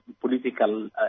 political